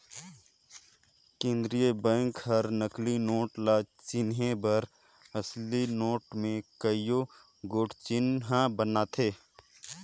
केंद्रीय बेंक हर नकली नोट ल चिनहे बर असली नोट में कइयो गोट चिन्हा बनाथे